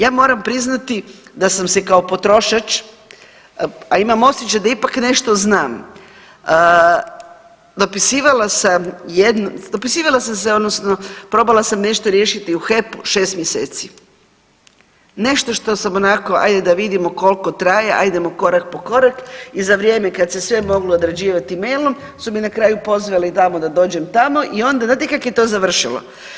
Ja moram priznati da sam se kao potrošač, a imam osjećaj da ipak nešto znam, dopisivala sam, dopisivala sam se odnosno probala sam nešto riješiti u HEP-u 6 mjeseci, nešto što sam onako ajde da vidimo kolko traje, ajdemo korak po korak i za vrijeme kad se sve moglo odrađivati e-mailom su me na kraju pozvali tamo, da dođem tamo i onda znate kako je to završilo?